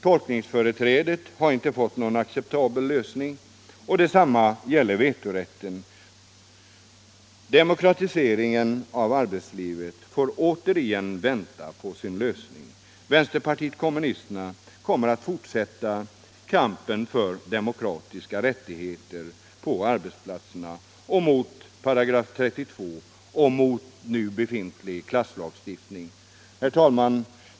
Tolkningsföreträdet har inte fått någon acceptabel lösning — detsamma gäller vetorätten. Frågan om demokratiseringen av arbetslivet får återigen vänta på sin lösning. Vänsterpartiet kommunisterna kommer att fortsätta kampen för demokratiska rättigheter på arbetsplatserna och mot § 32 och den nu gällande klasslagstiftningen. Herr talman!